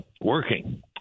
working